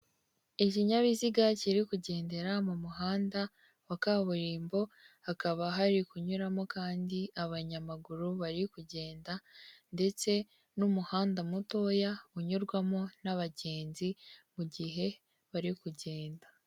Ikinyabiziga kiri kugendera mu muhanda wa kaburimbo, hakaba hari kunyuramo kandi abanyamaguru bari kugenda ndetse n'umuhanda mutoya unyurwamo n'abagenzi mu gihe bari kugenda.